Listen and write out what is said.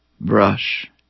Brush